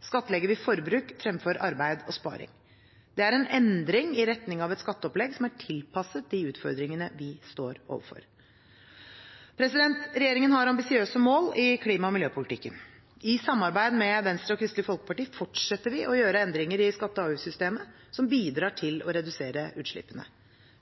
skattlegger vi forbruk fremfor arbeid og sparing. Det er en endring i retning av et skatteopplegg som er tilpasset de utfordringene vi står overfor. Regjeringen har ambisiøse mål i klima- og miljøpolitikken. I samarbeid med Venstre og Kristelig Folkeparti fortsetter vi å gjøre endringer i skatte- og avgiftssystemet som bidrar til å redusere utslippene.